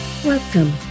Welcome